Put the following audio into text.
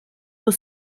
pour